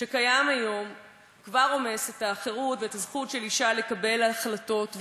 שקיים היום כבר רומס את החירות ואת הזכות של אישה לקבל החלטות.